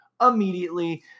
immediately